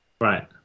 right